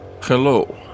Hello